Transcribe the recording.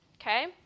okay